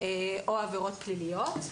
או עבירות פליליות.